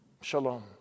Shalom